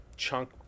Chunk